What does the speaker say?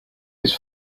his